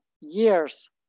years